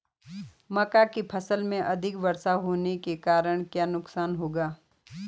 मक्का की फसल में अधिक वर्षा होने के कारण क्या नुकसान होगा?